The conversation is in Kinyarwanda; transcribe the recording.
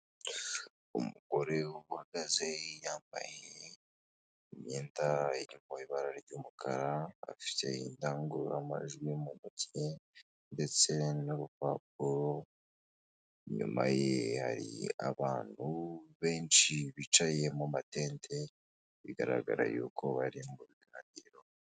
Umugore uhagaze yambaye imyenda irimo ibara ry'umukara afite indangururamajwi mu ntoki, ndetse n'urupapuro. Inyuma ye hari abantu benshi bicaye mu matente bigaragara yuko bari mu biganiro.